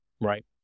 right